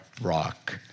rock